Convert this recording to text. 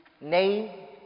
name